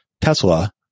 Tesla